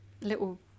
little